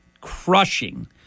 Crushing